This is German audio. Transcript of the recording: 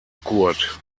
kurt